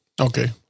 Okay